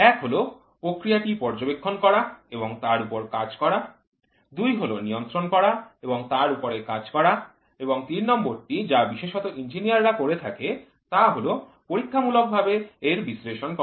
১ হল প্রক্রিয়াটি পর্যবেক্ষণ করা এবং তার উপর কাজ করা ২ হল নিয়ন্ত্রণ করা এবং তার উপরে কাজ করা এবং ৩ নং টি যা বিশেষত ইঞ্জিনিয়াররা করে থাকে তা হল পরীক্ষামূলক ভাবে এর বিশ্লেষণ করা